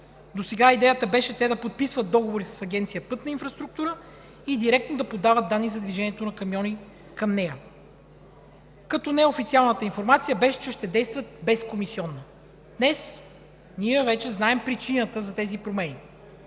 Досега идеята беше те да подписват договори с Агенция „Пътна инфраструктура“ и директно да подават данни за движението на камиони към нея, като неофициалната информация беше, че ще действат без комисионна. Днес ние вече знаем причината за тези промени.